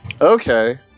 Okay